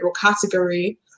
category